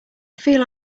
feel